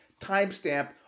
timestamp